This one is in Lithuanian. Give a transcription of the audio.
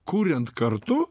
kuriant kartu